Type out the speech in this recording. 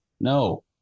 No